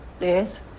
Yes